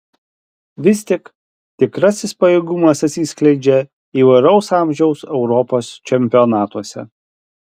vis tik tikrasis pajėgumas atsiskleidžia įvairaus amžiaus europos čempionatuose